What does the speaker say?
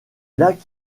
lac